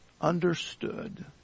understood